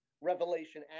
Revelation